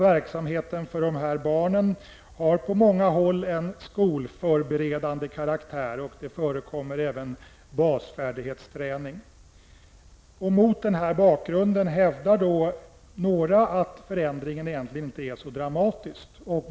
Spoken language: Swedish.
Verksamheten för dessa barn har på många håll en skolförberedande karaktär, och det förekommer även basfärdighetsträning. Mot denna bakgrund hävdar några att förändringen egentligen inte är så dramatisk.